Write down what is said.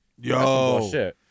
Yo